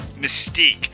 Mystique